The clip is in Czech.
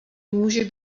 může